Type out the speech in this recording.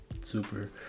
super